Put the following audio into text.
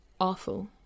awful